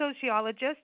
sociologist